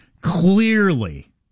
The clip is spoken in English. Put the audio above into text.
clearly